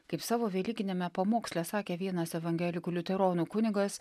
kaip savo velykiniame pamoksle sakė vienas evangelikų liuteronų kunigas